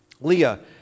Leah